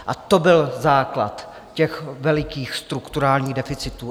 A to byl základ těch velikých strukturálních deficitů.